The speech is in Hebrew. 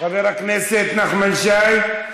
חבר הכנסת נחמן שי,